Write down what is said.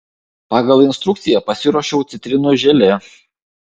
pagal instrukciją pasiruošiau citrinų želė